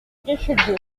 richelieu